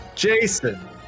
Jason